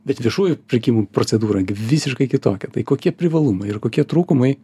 bet viešųjų pirkimų procedūra gi visiškai kitokia tai kokie privalumai ir kokie trūkumai